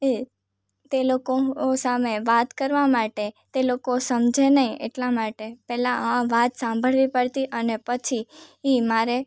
એ તે લોકો સામે વાત કરવા માટે તે લોકો સમઝે નહીં એટલા માટે પહેલાં વાત સાંભળવી પડતી અને પછી એ મારે